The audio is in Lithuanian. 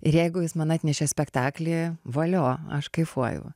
ir jeigu jis man atnešė spektaklį valio aš kaifuoju